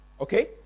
okay